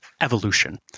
evolution